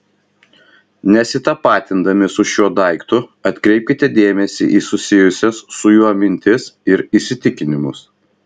nesitapatindami su šiuo daiktu atkreipkite dėmesį į susijusias su juo mintis ir įsitikinimus